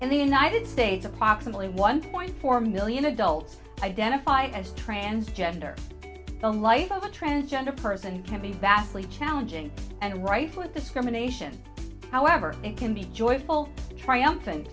and the united states approximately one point four million adults identify as transgender own life of a transgender person can be vastly challenging and right with discrimination however it can be joyful triumphant